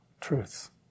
truths